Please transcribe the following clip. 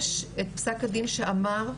יש את פסק הדין שאמר,